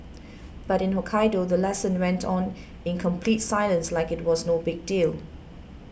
but in Hokkaido the lesson went on in complete silence like it was no big deal